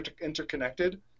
interconnected